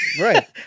Right